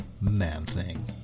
Man-Thing